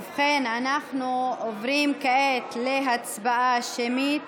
ובכן, אנחנו עוברים כעת להצבעה שמית